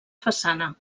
façana